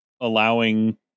allowing